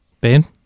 Ben